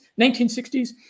1960s